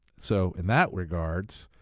so in that regard,